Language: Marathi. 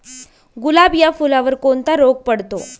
गुलाब या फुलावर कोणता रोग पडतो?